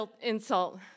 insult